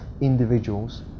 individuals